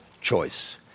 choice